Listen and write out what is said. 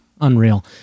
unreal